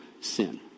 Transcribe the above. sin